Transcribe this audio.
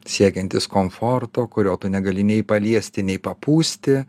siekiantis komforto kurio tu negali nei paliesti nei papūsti